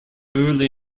early